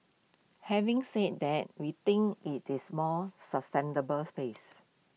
having said that we think IT is more sustainable pace